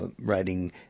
writing